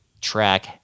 track